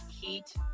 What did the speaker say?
heat